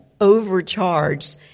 overcharged